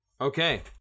okay